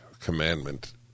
commandment